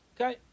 Okay